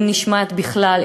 אם היא נשמעת בכלל,